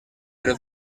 però